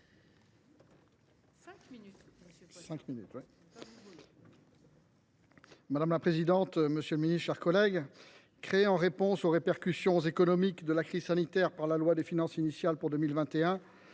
Madame la présidente, monsieur le ministre, mes chers collègues, créée en réponse aux répercussions économiques de la crise sanitaire par la loi de finances initiale pour 2021,